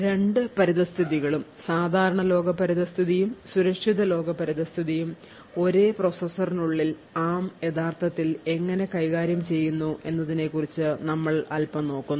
രണ്ട് പരിതസ്ഥിതികളും സാധാരണ ലോക പരിതസ്ഥിതിയും സുരക്ഷിത ലോക പരിതസ്ഥിതിയും ഒരേ പ്രോസസ്സറിനുള്ളിൽ ARM യഥാർത്ഥത്തിൽ എങ്ങനെ കൈകാര്യം ചെയ്യുന്നു എന്നതിനെക്കുറിച്ച് നമ്മൾ അൽപ്പം നോക്കുന്നു